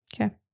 Okay